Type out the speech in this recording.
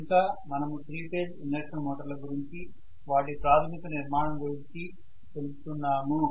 ఇంక మనము 3 phase induction మోటార్ల గురించి వాటి ప్రాథమిక నిర్మాణం గురించి తెలుసుకుందాము